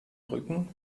rücken